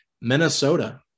Minnesota